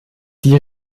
die